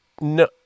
No